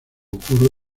ocurra